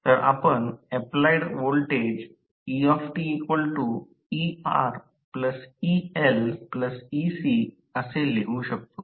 तर आपण applied voltage eteReLecअसे लिहू शकतो